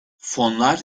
fonlar